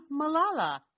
Malala